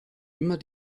immer